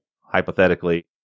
hypothetically